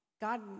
God